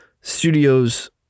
studios